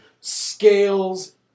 scales